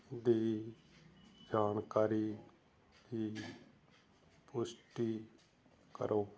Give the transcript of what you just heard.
ਦੀ ਜਾਣਕਾਰੀ ਦੀ ਪੁਸ਼ਟੀ ਕਰੋ